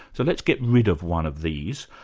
so let's get rid of one of these,